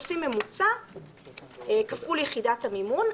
עושים ממוצע כפול יחידת המימון,